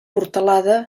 portalada